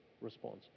response